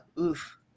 Oof